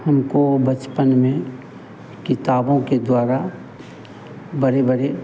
हमको बचपन में किताबों के द्वारा बड़े बड़े